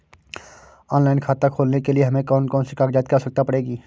Online खाता खोलने के लिए हमें कौन कौन से कागजात की आवश्यकता पड़ेगी?